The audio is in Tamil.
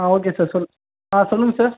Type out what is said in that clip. ஓகே சார் சொல் சொல்லுங்கள் சார்